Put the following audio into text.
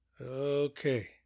okay